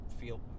feel